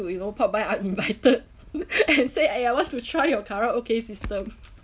to you know pop by uninvited and say eh I want to try your karaoke system